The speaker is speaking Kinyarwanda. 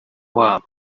w’abo